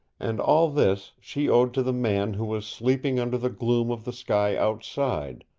and all this she owed to the man who was sleeping under the gloom of the sky outside,